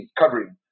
covering